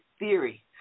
theory